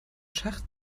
schacht